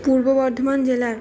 পূর্ব বর্ধমান জেলার